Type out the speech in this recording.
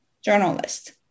journalist